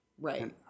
Right